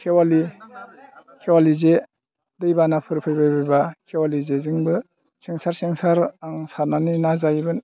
खेवालि खेवालि जे दै बानाफोर फैबायबायबा खेवालि जेजोंबो सेंसार सेंसार आं सारनानै ना जायोमोन